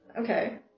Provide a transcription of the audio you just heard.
Okay